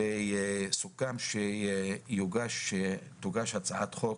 וסוכם שתוגש הצעת חוק